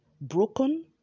broken